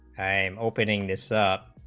i am opening this ah